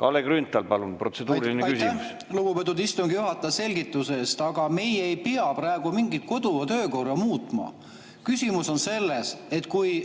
Kalle Grünthal, palun, protseduuriline küsimus! Aitäh, lugupeetud istungi juhataja, selgituse eest! Aga meie ei pea praegu mingit kodu- ja töökorda muutma. Küsimus on selles, et kui